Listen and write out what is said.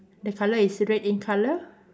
the colour is red in colour